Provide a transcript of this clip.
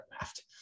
left